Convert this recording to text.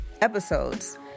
episodes